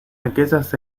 aquellas